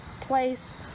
place